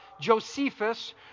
Josephus